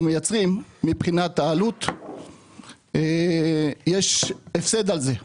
מייצרים מבחינת העלות יש הפסד על זה.